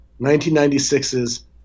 1996's